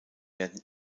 werden